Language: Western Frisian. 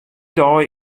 dei